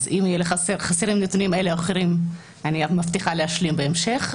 אז אם יהיו חסרים נתונים כאלה או אחרים אני מבטיחה להשלים בהמשך,